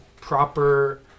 proper